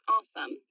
Awesome